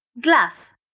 Glass